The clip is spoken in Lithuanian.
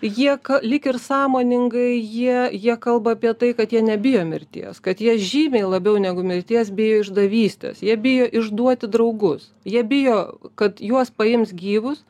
jie lyg ir sąmoningai jie jie kalba apie tai kad jie nebijo mirties kad jie žymiai labiau negu mirties bijo išdavystės jie bijo išduoti draugus jie bijo kad juos paims gyvus